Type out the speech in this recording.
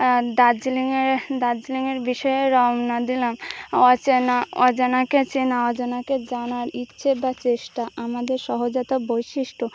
দার্জিলিংয়ের দার্জিলিংয়ের বিষয়ে রওনা দিলাম অচেনা অজানাকে চেনা অজানাকে জানার ইচ্ছে বা চেষ্টা আমাদের সহজাত বৈশিষ্ট্য